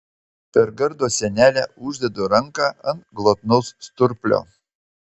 per gardo sienelę uždedu ranką ant glotnaus sturplio